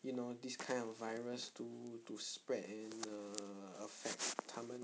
you know this kind of virus to to spread and err affect 他们